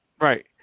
Right